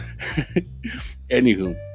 anywho